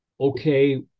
okay